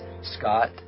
Scott